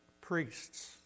priests